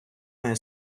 має